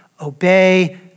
obey